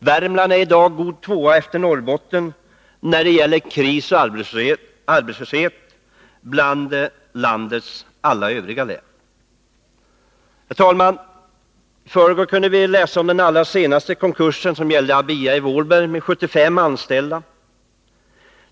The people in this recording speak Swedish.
Värmlands län är i dag god tvåa bland landets län, efter Norrbotten, när det gäller kris och arbetslöshet. Herr talman! I förrgår kunde vi läsa om den allra senaste konkursen, som gällde ABIA i Vålberg med 75 anställda.